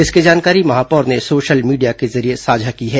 इसकी जानकारी महापौर ने सोशल मीडिया के जरिये साझा की है